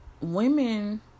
women